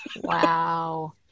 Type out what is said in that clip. Wow